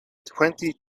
twenty